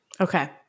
Okay